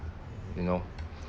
you know